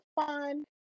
fun